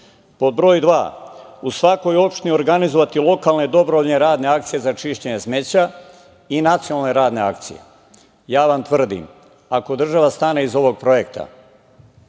Pod broj dva, u svakoj opštini organizovati lokalne dobrovoljne radne akcije za čišćenje smeća i nacionalne radne akcije. Ja vam tvrdim, ako država stane iza ovog projekta,